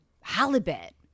halibut